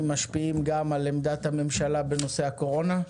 משפיעים גם על עמדת הממשלה בנושא הקורונה.